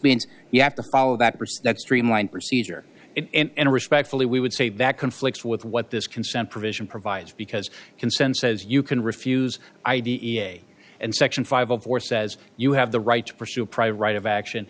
means you have to follow that respect streamline procedure and respectfully we would say that conflicts with what this consent provision provides because consent says you can refuse i d e a and section five or says you have the right to pursue a private right of action